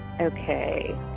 Okay